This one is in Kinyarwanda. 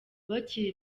bakiri